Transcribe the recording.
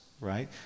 right